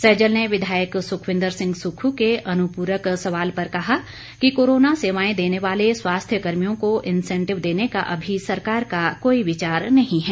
सैजल ने विधायक सुखविंद्र सिंह सुक्खू के अनुपूरक सवाल पर कहा कि कोरोना सेवाएं देने वाले स्वास्थ्य कर्मियों को इंसेंटिव देने का अभी सरकार का कोई विचार नहीं है